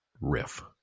riff